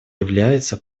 является